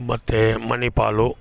ಮತ್ತು ಮಣಿಪಾಲು